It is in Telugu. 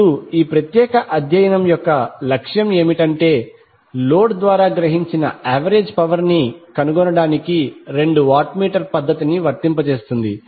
ఇప్పుడు ఈ ప్రత్యేక అధ్యయనం యొక్క లక్ష్యం ఏమిటంటే లోడ్ ద్వారా గ్రహించిన యావరేజ్ పవర్ ని కనుగొనడానికి రెండు వాట్ మీటర్ పద్ధతిని వర్తింపజేస్తుంది